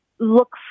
look